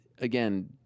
again